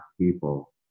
people